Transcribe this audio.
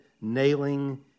nailing